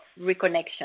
reconnection